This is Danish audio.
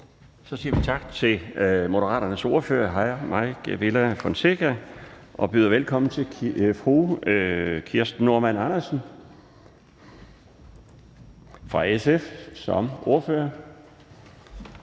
Så siger vi tak til Moderaternes ordfører, hr. Mike Villa Fonseca, og byder velkommen til fru Kirsten Normann Andersen fra SF som ordfører. Kl.